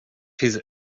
his